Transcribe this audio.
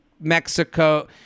Mexico